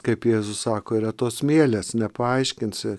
kaip jėzus sako yra tos mielės nepaaiškinsi